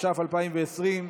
התש"ף 2020,